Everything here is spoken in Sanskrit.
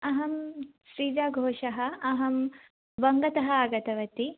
अहं श्रीजाघोषः अहं वङ्गतः आगतवती